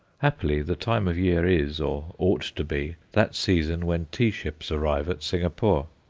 happily, the time of year is, or ought to be, that season when tea-ships arrive at singapore.